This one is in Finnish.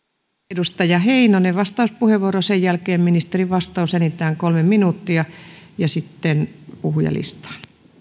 edustaja heinonen vastauspuheenvuoro ja sen jälkeen ministerin vastaus enintään kolme minuuttia ja sitten puhujalistaan